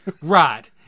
Right